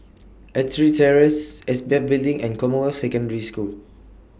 Ettrick Terrace S P F Building and Commonwealth Secondary School